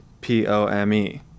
P-O-M-E